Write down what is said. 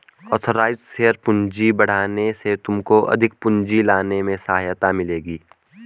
authorised share पूंजी बढ़ाने से तुमको अधिक पूंजी लाने में सहायता मिलेगी